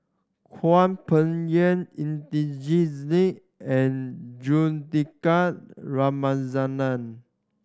Hwang Peng Yuan Singh and Juthika Ramanathan